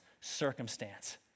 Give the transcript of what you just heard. circumstance